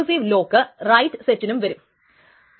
കാരണം ഇത് കൂടുതൽ റൈറ്റിനെ മുന്നോട്ട് കൊണ്ടു പോകുന്നു